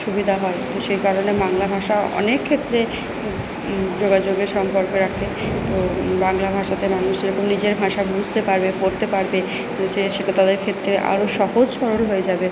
সুবিধা হয় এবং সে কারণে বাংলা ভাষাও অনেক ক্ষেত্রে যোগাযোগের সম্পর্ক রাখে তো বাংলা ভাষাতে মানুষ যেরকম নিজের ভাষা বুঝতে পারবে পড়তে পারবে সে সেটা তাদের ক্ষেত্রে আরও সহজ সরল হয়ে যাবে